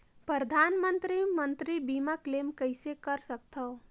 परधानमंतरी मंतरी बीमा क्लेम कइसे कर सकथव?